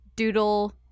doodle